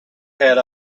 had